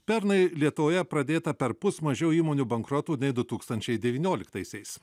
pernai lietuvoje pradėta perpus mažiau įmonių bankrotų nei du tūkstančiai devynioliktaisiais